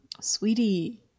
Sweetie